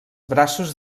braços